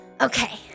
okay